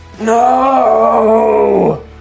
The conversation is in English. No